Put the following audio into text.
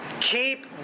Keep